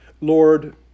Lord